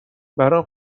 برام